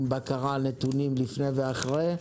עם בקרה ונתונים לפני ואחרי,